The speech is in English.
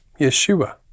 Yeshua